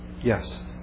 yes